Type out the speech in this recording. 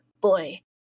boy